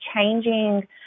changing